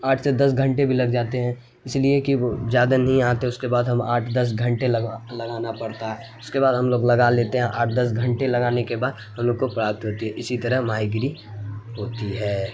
آٹھ سے دس گھنٹے بھی لگ جاتے ہیں اسی لیے کہ وہ زیادہ نہیں آتے اس کے بعد ہم آٹھ دس گھنٹے لگانا پڑتا ہے اس کے بعد ہم لوگ لگا لیتے ہیں آٹھ دس گھنٹے لگانے کے بعد ہم لوگوں کو پراپت ہوتی ہے اسی طرح ماہی گیری ہوتی ہے